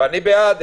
ואני בעד.